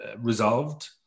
resolved